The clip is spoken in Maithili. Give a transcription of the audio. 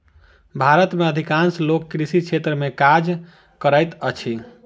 भारत में अधिकांश लोक कृषि क्षेत्र में काज करैत अछि